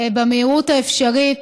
במהירות האפשרית.